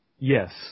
Yes